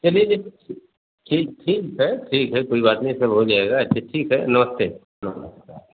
चलिए जी ठीक ठीक है ठीक है कोई बात नहीं है सब हो जाएगा अच्छा ठीक है नमस्ते नमस्ते